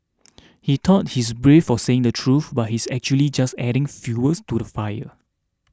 he thought he's brave for saying the truth but he's actually just adding fuels to the fire